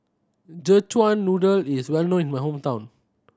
Szechuan Noodle is well known in my hometown